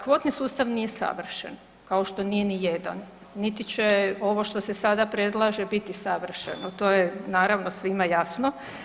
Kvotni sustav nije savršen kao što nije nijedan niti će ovo što se da predlaže biti savršeno, to je naravno svima jasno.